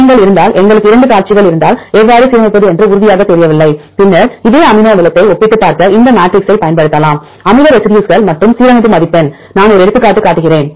நீங்கள் இருந்தால் எங்களுக்கு இரண்டு காட்சிகள் இருந்தால் எவ்வாறு சீரமைப்பது என்று உறுதியாக தெரியவில்லை பின்னர் இதே அமினோவை ஒப்பிட்டுப் பார்க்க இந்த மேட்ரிக்ஸ்களைப் பயன்படுத்தலாம் அமில ரெசி டியூஸ்கள் மற்றும் சீரமைப்பு மதிப்பெண் நான் ஒரு எடுத்துக்காட்டு காட்டுகிறேன்